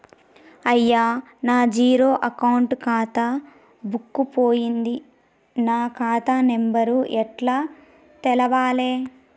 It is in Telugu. అయ్యా నా జీరో అకౌంట్ ఖాతా బుక్కు పోయింది నా ఖాతా నెంబరు ఎట్ల తెలవాలే?